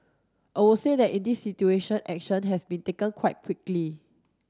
I would say that in this situation action has been taken quite quickly